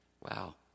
Wow